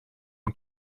اون